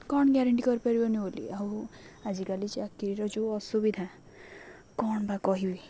କ'ଣ ଗ୍ୟାରେଣ୍ଟି କରିପାରିବନି ବୋଲି ଆଉ ଆଜିକାଲି ଚାକିରିର ଯେଉଁ ଅସୁବିଧା କ'ଣ ବା କହିବି